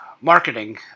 marketing